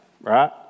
Right